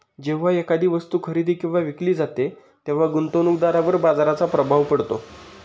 जेव्हा एखादी वस्तू खरेदी किंवा विकली जाते तेव्हा गुंतवणूकदारावर बाजाराचा प्रभाव पडतो